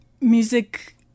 music